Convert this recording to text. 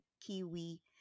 Kiwi